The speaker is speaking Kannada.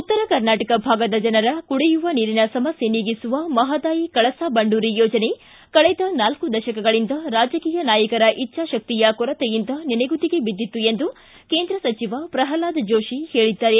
ಉತ್ತರ ಕರ್ನಾಟಕ ಭಾಗದ ಜನರ ಕುಡಿಯುವ ನೀರಿನ ಸಮಸ್ಥೆ ನೀಗಿಸುವ ಮಹದಾಯಿ ಕಳಸಾ ಬಂಡೂರಿ ಯೋಜನೆ ಕಳೆದ ನಾಲ್ಕು ದಶಕಗಳಿಂದ ರಾಜಕೀಯ ನಾಯಕರ ಇಚ್ಚಾಶಕ್ತಿಯ ಕೊರತೆಯಿಂದ ನೆನೆಗುದಿಗೆ ಬಿದ್ದಿತ್ತು ಎಂದು ಕೇಂದ್ರ ಸಚಿವ ಪ್ರಲ್ವಾದ್ ಜೋಶಿ ಹೇಳಿದ್ದಾರೆ